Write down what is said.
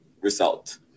result